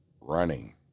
running